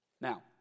Now